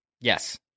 Yes